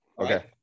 Okay